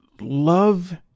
love